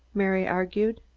mary argued.